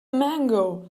mango